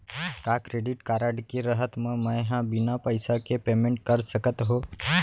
का credit card के रहत म, मैं ह बिना पइसा के पेमेंट कर सकत हो?